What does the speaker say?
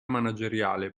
manageriale